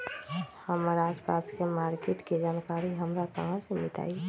हमर आसपास के मार्किट के जानकारी हमरा कहाँ से मिताई?